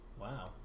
Wow